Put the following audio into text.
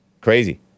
Crazy